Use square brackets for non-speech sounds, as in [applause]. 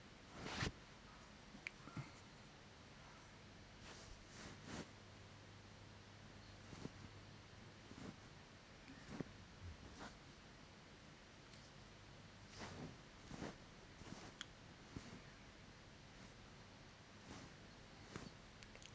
[breath]